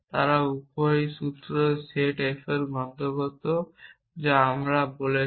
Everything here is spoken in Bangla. তারা উভয়ই সূত্র F এর সেটের অন্তর্গত যা আমরা কথা বলছি